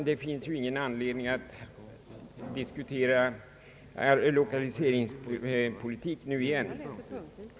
Det finns ingen anledning att åter diskutera lokaliseringspolitiken.